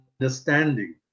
understanding